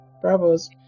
bravos